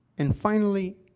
and, finally,